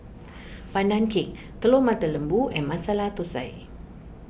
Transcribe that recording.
Pandan Cake Telur Mata Lembu and Masala Thosai